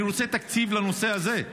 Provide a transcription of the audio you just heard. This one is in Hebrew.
אני רוצה תקציב לנושא הזה.